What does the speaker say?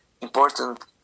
important